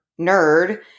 nerd